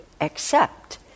accept